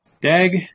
Dag